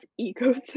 ecosystem